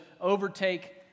overtake